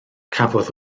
cafodd